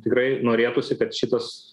tikrai norėtųsi kad šitas